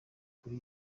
kuri